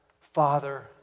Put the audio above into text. Father